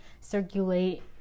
circulate